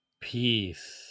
Peace